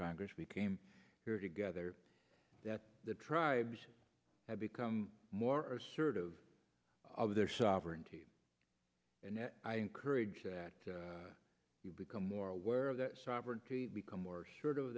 congress we came here together that the tribes have become more assertive of their sovereignty and that i encourage that you become more aware of the sovereignty become more so